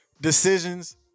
decisions